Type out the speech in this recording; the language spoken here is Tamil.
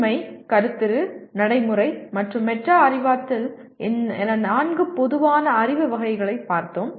உண்மை கருத்துரு நடைமுறை மற்றும் மெட்டா அறிவாற்றல் என நான்கு பொதுவான அறிவு வகைகளைப் பார்த்தோம்